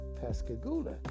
Pascagoula